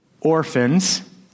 Orphans